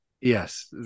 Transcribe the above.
yes